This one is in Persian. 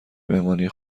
مهمانی